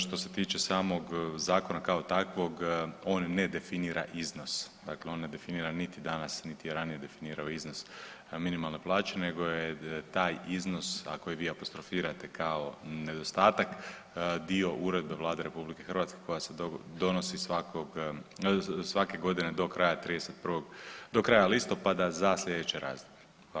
Što se tiče samog zakona kao takvog on ne definira iznos, dakle on ne definira niti danas niti je ranije definirao iznos minimalne plaće nego je taj iznos, a koji vi apostrofirate kao nedostatak dio uredbe Vlade RH koja se donosi svake godine do kraja listopada za sljedeće razdoblje.